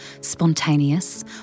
spontaneous